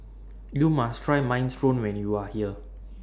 YOU must Try Minestrone when YOU Are here